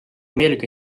meelega